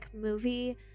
movie